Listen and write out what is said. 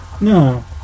No